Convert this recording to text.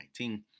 2019